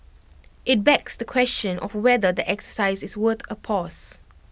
IT begs the question of whether the exercise is worth A pause